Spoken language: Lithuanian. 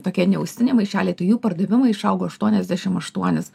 tokie neaustiniai maišeliai tų jų pardavimai išaugo aštuoniasdešim aštuonis